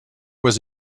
was